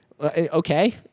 Okay